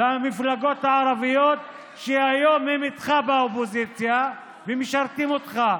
למפלגות הערביות שהיום הן איתך באופוזיציה וגם משרתות אותך